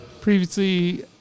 Previously